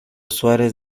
suárez